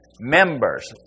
members